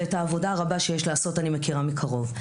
ואת העבודה הרבה שיש לעשות אני מכירה מקרוב.